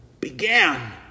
began